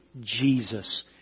Jesus